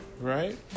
Right